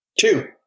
Two